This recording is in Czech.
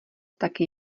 taky